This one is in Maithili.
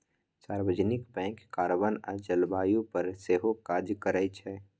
सार्वजनिक बैंक कार्बन आ जलबायु पर सेहो काज करै छै